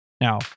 Now